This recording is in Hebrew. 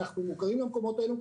אנחנו מוכרים במקומות האלו.